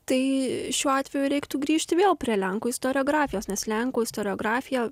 tai šiuo atveju reiktų grįžti vėl prie lenkų istoriografijos nes lenkų istoriografija